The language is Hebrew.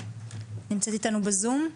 נמצאת איתנו בזום.